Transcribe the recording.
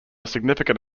significant